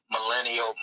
millennial